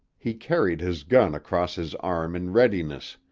he carried his gun across his arm in readiness,